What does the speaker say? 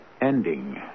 ending